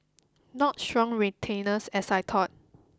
not strong retainers as I thought